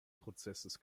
prozesses